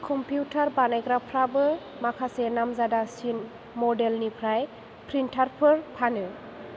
computer बानायग्राफ्राबो माखासे नामजादासिन मडेलनिफ्राय प्रिन्टारफोर फानो